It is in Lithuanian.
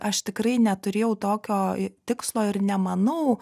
aš tikrai neturėjau tokio tikslo ir nemanau